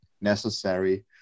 necessary